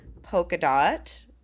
Polkadot